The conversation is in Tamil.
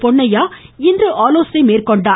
பொன்னையா இன்று ஆலோசனை மேற்கொண்டார்